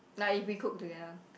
like if we cook together